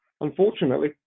Unfortunately